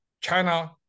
China